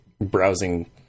browsing